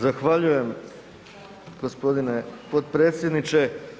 Zahvaljujem g. potpredsjedniče.